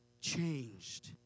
changed